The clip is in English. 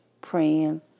praying